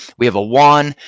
we have a one.